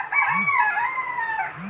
मी कीतक्या दिवसांनी पैसे परत फेडुक शकतय?